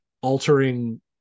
altering